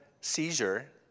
seizure